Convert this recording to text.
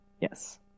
Yes